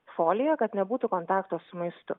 folija kad nebūtų kontakto su maistu